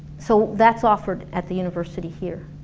so that's offered at the university here